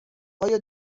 آیا